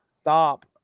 stop